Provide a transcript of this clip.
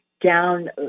down